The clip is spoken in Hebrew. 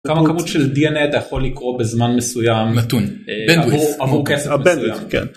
כמה כמות של די.אנ.איי אתה יכול לקרוא בזמן מסוים נתון.